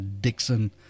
Dixon